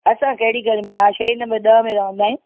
असां कहिड़ी गली में हा शैड़ी नम्बर ॾह में रहंदा आहियूं